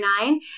nine